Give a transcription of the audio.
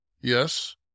Yes